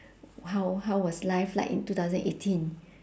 how how was life like in two thousand eighteen